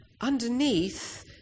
underneath